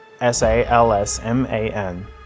S-A-L-S-M-A-N